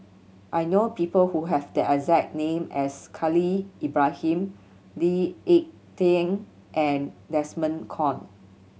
I know people who have the exact name as Khalil Ibrahim Lee Ek Tieng and Desmond Kon